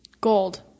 Gold